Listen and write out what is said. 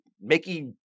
Mickey